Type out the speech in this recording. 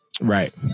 right